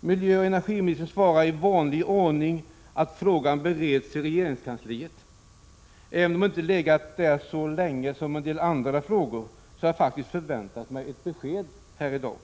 Miljöoch energiministern svarar i vanlig ordning att frågan bereds i regeringskansliet. Även om den inte legat där så länge som en del andra frågor hade jag faktiskt förväntat mig ett besked här i dag.